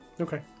Okay